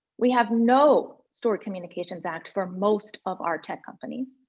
we have no stored communications act for most of our tech companies,